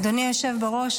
אדוני היושב בראש,